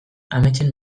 ametsen